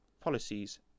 policies